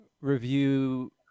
review